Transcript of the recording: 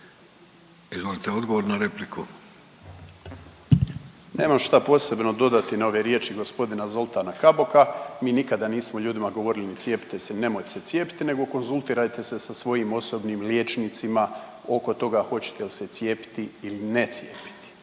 **Raspudić, Nino (MOST)** Nemam šta posebno dodati na ove riječi g. Zoltana Kaboka, mi nikada nismo ljudima govorili cijepite se, nemoj se cijepiti nego konzultirajte se sa svojim osobnim liječnicima oko toga hoćete li se cijepiti ili ne cijepiti.